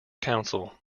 council